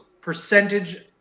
percentage